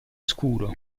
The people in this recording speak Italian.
scuro